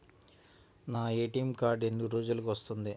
నా ATM card ఎన్ని రోజులకు వస్తుంది?